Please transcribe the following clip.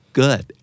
good